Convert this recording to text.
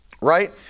Right